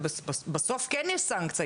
בסוף כן יש סנקציה,